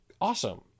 awesome